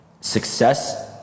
success